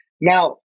Now